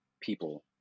people